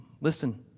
Listen